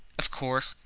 of course,